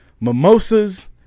mimosas